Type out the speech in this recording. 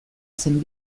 zen